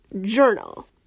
journal